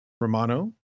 Romano